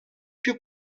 più